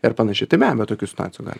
ir panašiai tai be abejo tokių situacijų gali